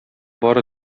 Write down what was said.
бары